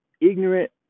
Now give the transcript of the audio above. ignorant